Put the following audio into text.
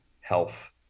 health